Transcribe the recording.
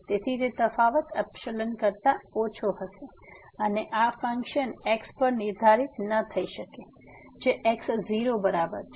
તેથી તે તફાવત કરતા ઓછો હશે અને આ ફન્કશન x પર નિર્ધારિત ન થઈ શકે જે x0 બરાબર છે